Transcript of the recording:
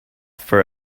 for